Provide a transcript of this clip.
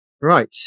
Right